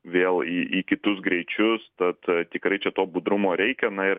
vėl į į kitus greičius tad tikrai čia to budrumo reikia na ir